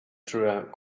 throughout